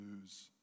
lose